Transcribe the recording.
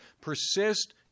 Persist